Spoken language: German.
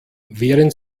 während